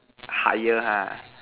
higher ha